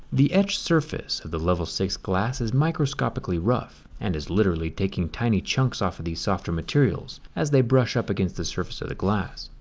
the etched surface of the level six glass s microscopically rough and is literally taking tiny chunks off of the softer materials as they brush up against the surface of the glass.